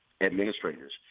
administrators